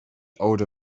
older